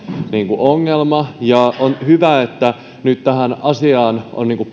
ongelma on hyvä että nyt tähän asiaan on